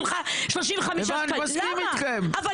לא, זה לא